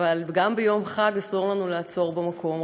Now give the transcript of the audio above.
אבל גם ביום חג אסור לנו לעצור במקום.